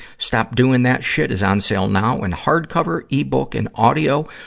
stop doing that shit is on sale now in hardcover, ebook, and audio,